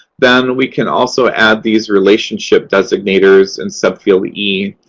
then we can also add these relationship designators in subfield e.